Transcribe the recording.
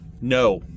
No